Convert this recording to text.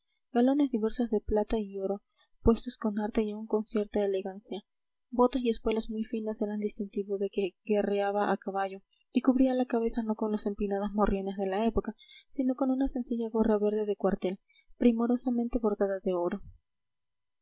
galones diversos de plata y oro puestos con arte y aun con cierta elegancia botas y espuelas muy finas eran distintivo de que guerreaba a caballo y cubría la cabeza no con los empinados morriones de la época sino con una sencilla gorra verde de cuartel primorosamente bordada de oro